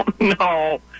no